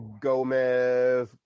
Gomez